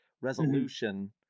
resolution